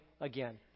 again